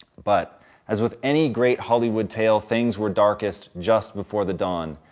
but as with any great hollywood tale, things were darkest just before the dawn,